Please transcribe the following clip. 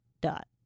dot